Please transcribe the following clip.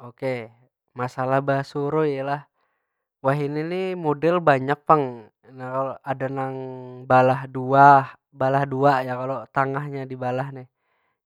Oke, masalah basurui lah. Wahini mudel banyak pang nya lo. Ada nang balah dua, balah dua ya kalo tangahnya dibalah ni.